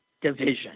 division